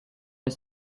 ist